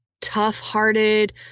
tough-hearted